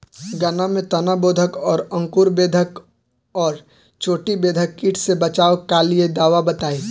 गन्ना में तना बेधक और अंकुर बेधक और चोटी बेधक कीट से बचाव कालिए दवा बताई?